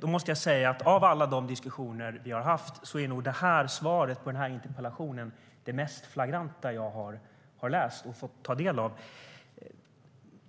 jag måste säga att av alla de diskussioner som vi har haft är nog svaret på den här interpellationen det mest flagranta jag har fått ta del av.